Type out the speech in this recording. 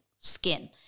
skin